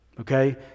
Okay